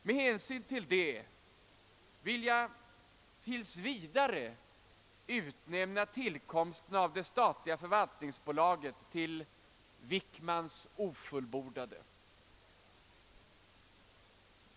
Med hänsyn till detta vill jag tills vidare utnämna tillkomsten av det statliga förvaltningsbolaget till >Wickmans ofullbordade>.